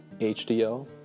HDL